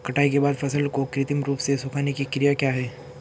कटाई के बाद फसल को कृत्रिम रूप से सुखाने की क्रिया क्या है?